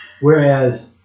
Whereas